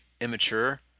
immature